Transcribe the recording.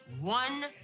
one